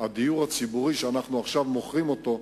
הדיור הציבורי שאנחנו עכשיו מוכרים אותו,